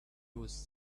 was